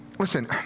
Listen